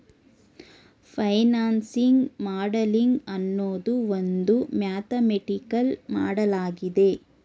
financing modelling ಅನ್ನೋದು ಒಂದು mathematical ಮಾಡಲಾಗಿದೆ